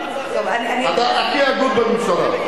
אתה הכי הגון בממשלה.